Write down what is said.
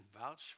vouch